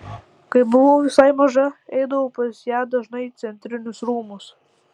kai buvau visai maža eidavau pas ją dažnai į centrinius rūmus